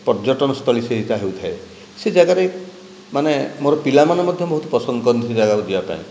ପର୍ଯ୍ୟଟନସ୍ଥଳି ସେଇଟା ହେଉଥାଏ ସେ ଜାଗାରେ ମାନେ ମୋର ପିଲାମାନେ ମଧ୍ୟ ବହୁତ ପସନ୍ଦ କରନ୍ତି ସେ ଜାଗାକୁ ଯିବାପାଇଁ